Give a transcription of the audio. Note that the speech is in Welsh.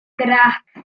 grac